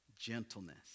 gentleness